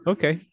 Okay